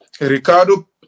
Ricardo